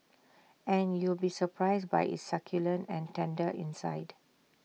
and you'll be surprised by its succulent and tender inside